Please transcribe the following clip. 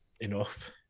enough